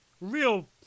real